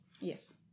Yes